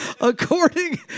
According